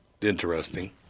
interesting